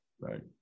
right